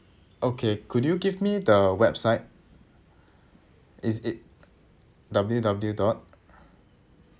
okay could you give me the website is it W W dot